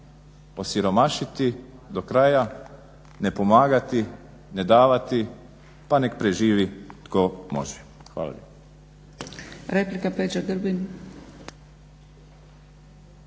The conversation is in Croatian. osiromašiti do kraja, ne pomagati, ne davati, pa nek preživi tko može. Hvala